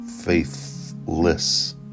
faithless